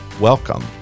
Welcome